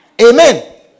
Amen